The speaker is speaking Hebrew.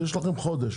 יש לכם חודש.